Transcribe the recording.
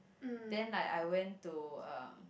then like I went to um